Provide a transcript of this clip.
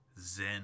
zen